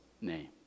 name